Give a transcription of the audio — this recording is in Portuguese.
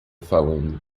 falando